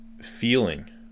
feeling